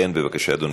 לבני בגין.